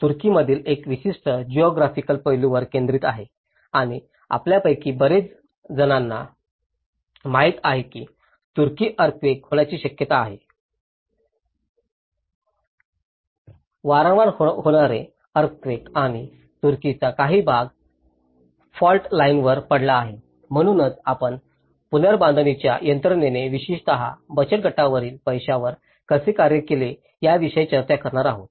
तर हे तुर्कीमधील एका विशिष्ट जिऑग्राफिकल पैलूवर केंद्रित आहे आणि आपल्यापैकी बरेच जणांना माहिती आहे की तुर्की अर्थक्वेक होण्याची शक्यता आहे वारंवार होणारे अर्थक्वेक आणि तुर्कीचा काही भाग फॉल्ट लाइनवर पडला आहे म्हणूनच आपण पुनर्बांधणीच्या यंत्रणेने विशेषतः बचतगटातील पैशावर कसे कार्य केले याविषयी चर्चा करणार आहोत